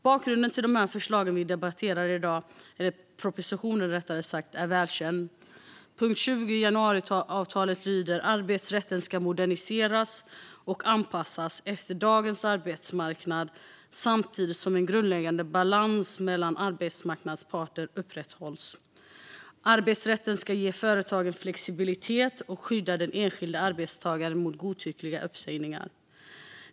Bakgrunden till propositionen vi debatterar i dag är välkänd. Punkt 20 i januariavtalet lyder: "Arbetsrätten moderniseras och anpassas efter dagens arbetsmarknad samtidigt som en grundläggande balans mellan arbetsmarknadens parter upprätthålls. Arbetsrätten ska ge företagen flexibilitet och skydda den enskilde arbetstagaren mot godtyckliga uppsägningar."